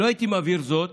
לא הייתי מבהיר זאת